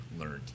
learned